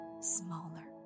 smaller